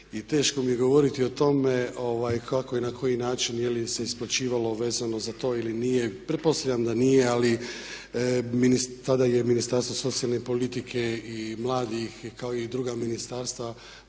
teško mi je govoriti kako i na koji način je li im se isplaćivalo vezano za to ili nije, pretpostavljam da nije ali tada je Ministarstvo socijalne politike i mladih kao i druga ministarstva